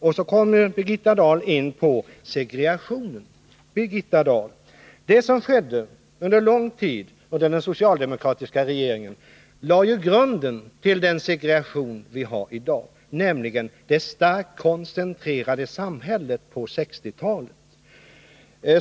Sedan kom Birgitta Dahl in på segregationen. Men, Birgitta Dahl, det som skedde under den socialdemokratiska regeringstiden lade ju grunden till den segregation vi har i dag, nämligen det starkt koncentrerade samhället som skapades på 1960-talet.